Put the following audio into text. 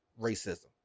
racism